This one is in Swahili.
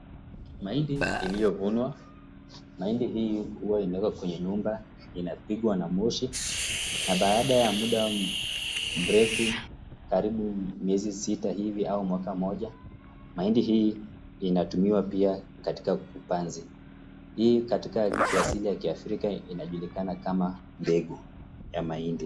Mahindi iliyovunwa. Mahindi hii huwa inawekwa kwenye nyumba, inapigwa na moshi na baada ya muda mrefu, karibu miezi sita hivi au mwaka moja, mahindi hii inatumiwa pia katika upanzi. Hii katika kiasi ile ya Kiafrika, inajulikana kama mbegu ya mahindi.